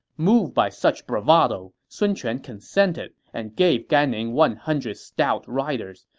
moved by such bravado, sun quan consented and gave gan ning one hundred stout riders.